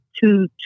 two